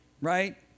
right